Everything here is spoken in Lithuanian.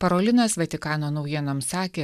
parolinas vatikano naujienoms sakė